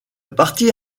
partie